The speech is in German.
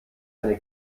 eine